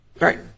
Right